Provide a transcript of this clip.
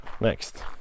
next